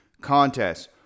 contests